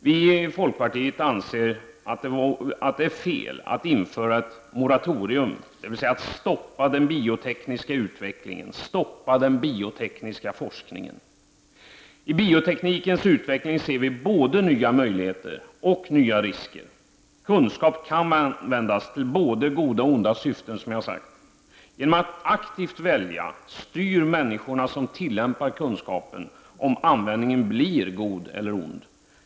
Vi i folkpartiet anser att det är fel att införa ett moratorium, dvs. att stoppa den biotekniska utvecklingen, stoppa den biotekniska forskningen. I bioteknikens utveckling ser vi både nya möjligheter och nya risker. Kunskap kan användas till både goda och onda syften. Genom att aktivt välja, styr människorna som tillämpar kunskapen om användningen blir god eller ond.